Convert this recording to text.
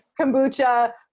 kombucha